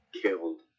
killed